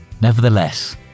Nevertheless